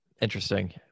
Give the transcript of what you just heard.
Interesting